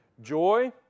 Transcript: Joy